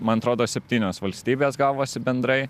man atrodo septynios valstybės gavosi bendrai